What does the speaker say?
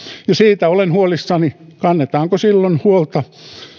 ja siitä olen huolissani kannetaanko silloin huolta